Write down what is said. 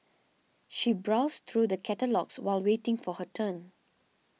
she browsed through the catalogues while waiting for her turn